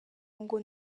ngo